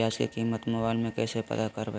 प्याज की कीमत मोबाइल में कैसे पता करबै?